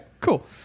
cool